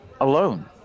alone